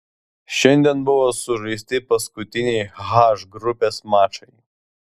šiandien buvo sužaisti paskutiniai h grupės mačai